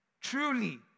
truly